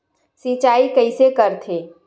सिंचाई कइसे करथे?